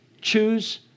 choose